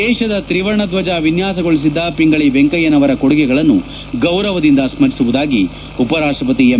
ದೇಶದ ತ್ರಿವರ್ಣಧ್ವಜ ವಿನ್ನಾಸಗೊಳಿಸಿದ್ದ ಒಂಗಳಿ ವೆಂಕಯ್ನನವರ ಕೊಡುಗೆಗಳನ್ನು ಗೌರವದಿಂದ ಸ್ಪರಿಸುವುದಾಗಿ ಉಪರಾಷ್ಟಪತಿ ಎಂ